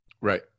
Right